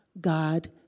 God